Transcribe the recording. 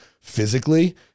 physically